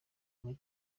muri